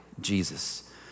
Jesus